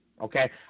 okay